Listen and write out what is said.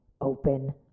open